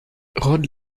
rod